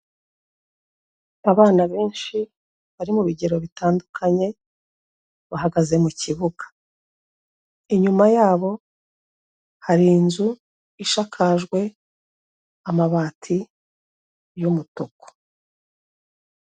Abana benshi bari mu bigero bitandukanye bahagaze mu kibuga, inyuma yabo hari inzu isakajwe amabati y'umutuku.